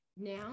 now